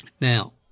Now